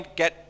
get